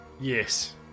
yes